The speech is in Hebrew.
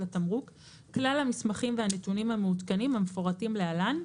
התמרוק כלל המסמכים והנתונים המעודכנים המפורטים להלן,